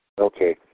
Okay